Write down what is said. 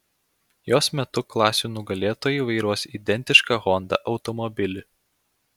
jos metu klasių nugalėtojai vairuos identišką honda automobilį